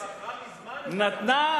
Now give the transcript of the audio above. היא מכרה מזמן את הקרקע.